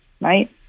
Right